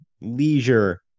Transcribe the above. leisure